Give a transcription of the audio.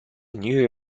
new